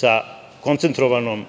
sa koncentrovanom